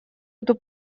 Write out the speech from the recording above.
эту